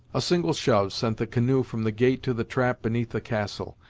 a single shove sent the canoe from the gate to the trap beneath the castle.